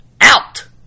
out